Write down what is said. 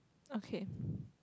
okay